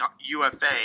UFA